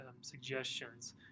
suggestions